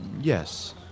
yes